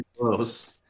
close